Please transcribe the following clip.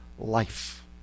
life